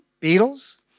Beatles